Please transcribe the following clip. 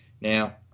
now